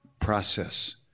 process